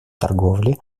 торговле